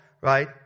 right